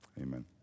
Amen